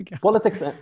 Politics